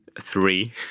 three